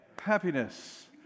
happiness